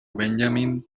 benjamin